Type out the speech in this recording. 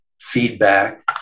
feedback